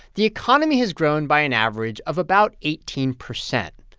the economy has grown by an average of about eighteen percent.